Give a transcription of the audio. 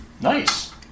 Nice